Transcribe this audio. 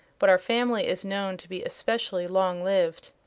but our family is known to be especially long lived.